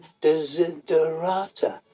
desiderata